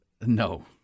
No